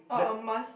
let